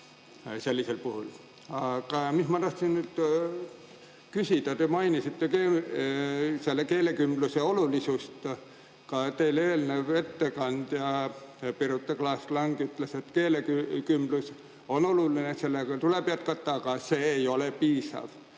sellisel puhul. Aga ma tahtsin küsida. Te mainisite keelekümbluse olulisust. Ka eelnev ettekandja Birute Klaas-Lang ütles, et keelekümblus on oluline, sellega tuleb jätkata, aga see ei ole piisav,